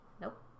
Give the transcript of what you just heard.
Nope